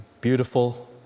beautiful